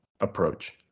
approach